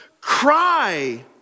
cry